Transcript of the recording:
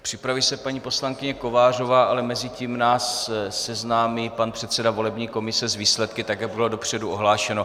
Připraví se paní poslankyně Kovářová, ale mezi tím nás seznámí pan předseda volební komise s výsledky tak, jak bylo dopředu ohlášeno.